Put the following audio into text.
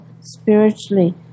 spiritually